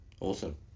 Awesome